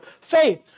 faith